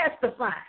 testify